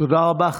תודה רבה.